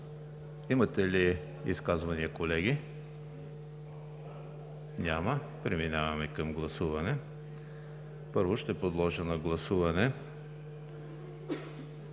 имате ли изказвания? Няма. Преминаваме към гласуване. Първо ще подложа на гласуване